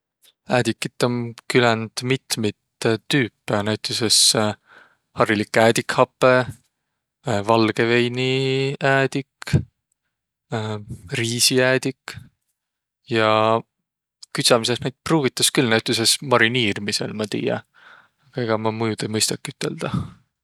Äädikit om küländ mitmit tüüpe, näütüses harilik äädikhapõq, valgõ veini äädik, riisiäädik. Ja küdsämises naid pruugitas küll näütüses mariniirmisel, maq tiiäq, ega maq muud ei mõistakiq üteldäq.